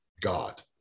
god